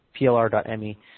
plr.me